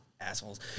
assholes